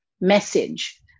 message